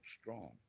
strong